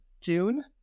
June